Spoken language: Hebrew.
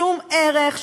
שום ערך,